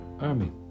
army